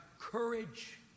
courage